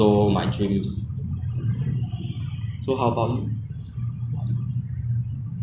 if you drop everything to follow your dream okay ah 我的 dream 就是 orh um